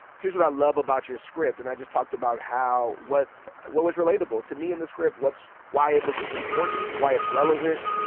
here's what i love about your script. and i just talked about how what what was relatable. to me in the script, what's why it was important, why it's relevant.